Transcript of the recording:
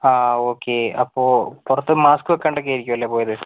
ആ ഓക്കെ അപ്പോൾ പുറത്ത് മാസ്ക് വയ്ക്കാണ്ടെ ഒക്കെ ആയിരിക്കും അല്ലേ പോയത്